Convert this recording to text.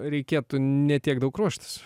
reikėtų ne tiek daug ruoštis